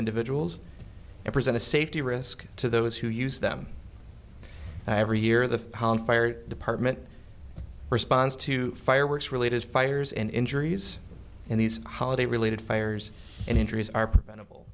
individuals represent a safety risk to those who use them every year the fire department responds to fireworks related fires and injuries in these holiday related fires and injuries are preventable